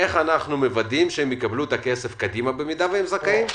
איך הם מקבלים את הכסף קדימה במידה והם זכאים?